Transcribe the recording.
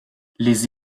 les